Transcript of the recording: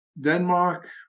Denmark